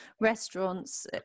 restaurants